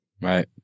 right